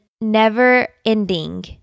never-ending